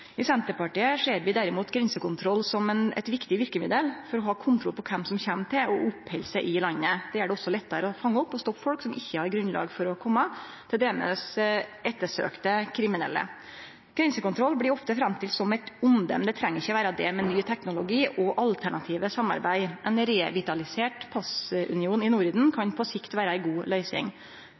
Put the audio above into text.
I Senterpartiet ser vi derimot grensekontroll som eit viktig verkemiddel for å ha kontroll på kven som kjem til og oppheld seg i landet. Det gjer det også lettare å fange opp og stoppe folk som ikkje har grunnlag for å kome, t.d. ettersøkte kriminelle. Grensekontroll blir ofte framstilt som eit onde, men det treng ikkje vere det med ny teknologi og alternative samarbeid. Ein revitalisert passunion i Norden kan på sikt vere ei god løysing.